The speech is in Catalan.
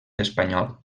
espanyol